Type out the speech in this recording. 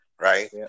right